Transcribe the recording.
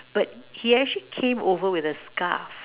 but he actually came over with a scarf